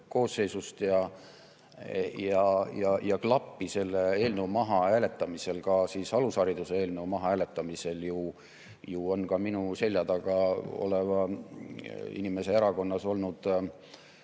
koosseisust. Ja klappi selle eelnõu mahahääletamisel, ka alushariduse eelnõu mahahääletamisel, on ju ka minu selja taga oleva inimese erakonnas olnud